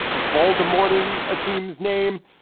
volda morning, a team's name.